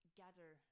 gather